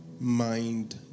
mind